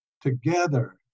together